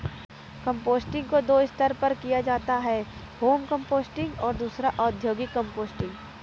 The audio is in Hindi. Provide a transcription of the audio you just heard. कंपोस्टिंग को दो स्तर पर किया जाता है होम कंपोस्टिंग और दूसरा औद्योगिक कंपोस्टिंग